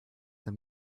them